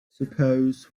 suppose